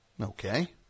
Okay